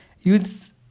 youths